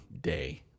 day